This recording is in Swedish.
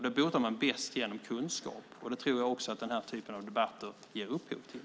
Det botar man bäst genom kunskap, och det tror jag också att den här typen av debatter ger upphov till.